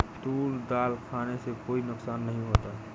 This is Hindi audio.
तूर दाल खाने से कोई नुकसान नहीं होता